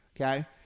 Okay